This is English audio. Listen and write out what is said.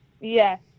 Yes